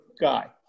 guy